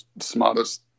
smartest